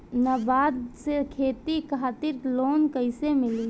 नाबार्ड से खेती खातिर लोन कइसे मिली?